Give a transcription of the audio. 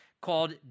called